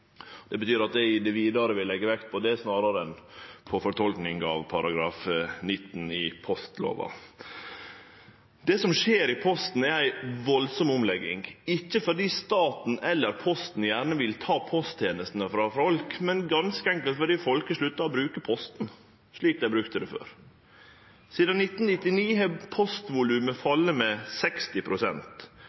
Det betyr at eg i det vidare vil leggje vekt på det, snarare enn på fortolking av § 19 i postlova. Det som skjer i Posten, er ei veldig omlegging, ikkje fordi staten eller Posten gjerne vil ta posttenestene frå folk, men ganske enkelt fordi folk har slutta å bruke Posten slik dei brukte han før. Sidan 1999 har postvolumet falle med